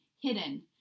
hidden